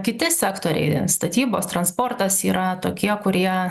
kiti sektoriai statybos transportas yra tokie kurie